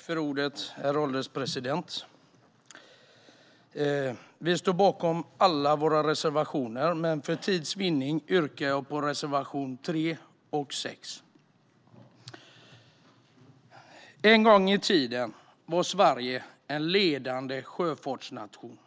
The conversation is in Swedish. Herr ålderspresident! Vi står bakom alla våra reservationer, men för tids vinnande yrkar jag bifall bara till reservationerna 3 och 6. En gång i tiden var Sverige en ledande sjöfartsnation.